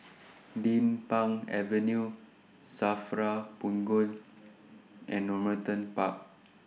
Din Pang Avenue SAFRA Punggol and Normanton Park